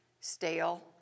stale